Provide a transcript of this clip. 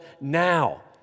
now